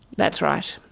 that's right.